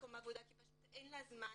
מקום עבודה כי אין לה זמן,